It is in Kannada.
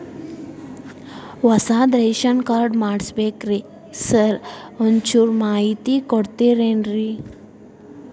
ಹೊಸದ್ ರೇಶನ್ ಕಾರ್ಡ್ ಮಾಡ್ಬೇಕ್ರಿ ಸಾರ್ ಒಂಚೂರ್ ಮಾಹಿತಿ ಕೊಡ್ತೇರೆನ್ರಿ?